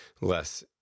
less